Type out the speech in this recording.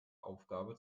aufgabe